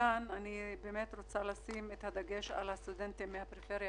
אני רוצה לשים את הדגש על הסטודנטים מהפריפריה